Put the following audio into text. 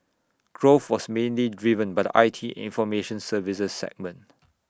growth was mainly driven by the I T information services segment